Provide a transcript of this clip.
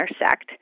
intersect